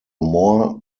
more